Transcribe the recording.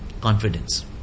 confidence